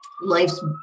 Life's